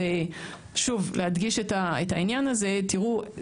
שוב להדגיש את העניין הזה תראו,